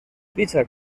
dicha